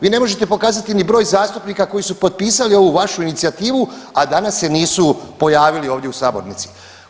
Vi ne možete pokazati ni broj zastupnika koji su potpisali ovu vašu inicijativu, a danas se nisu pojavili ovdje u sabornici.